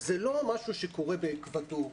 זה לא משהו שקורה באקוודור.